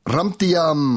Ramtiam